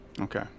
Okay